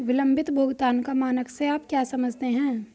विलंबित भुगतान का मानक से आप क्या समझते हैं?